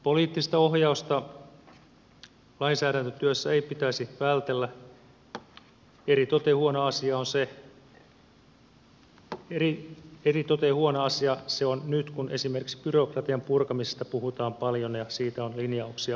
poliittista ohjausta lainsäädäntötyössä ei pitäisi vältellä ja eritoten huono asia se on nyt kun esimerkiksi byrokratian purkamisesta puhutaan paljon ja siitä on linjauksiakin olemassa